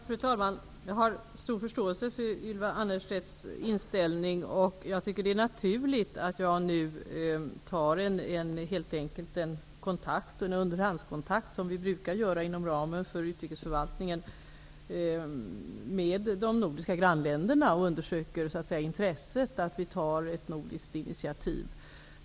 Fru talman! Jag har stor förståelse för Ylva Annerstedts inställning, och jag tycker att det är naturligt att jag nu helt enkelt tar en underhandskontakt, som vi brukar göra inom ramen för utrikesförvaltningen, med de nordiska grannländerna och undersöker intresset för att vi tar ett nordiskt initiativ.